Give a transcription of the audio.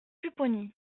pupponi